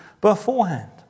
beforehand